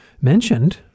mentioned